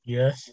Yes